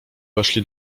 weszli